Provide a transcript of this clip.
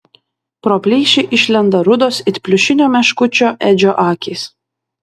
pro plyšį išlenda rudos it pliušinio meškučio edžio akys